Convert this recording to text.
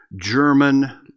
german